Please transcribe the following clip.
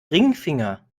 ringfinger